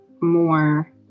more